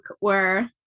were-